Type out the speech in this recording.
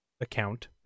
account